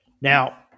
Now